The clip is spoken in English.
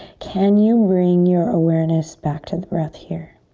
can you bring your awareness back to the breath here?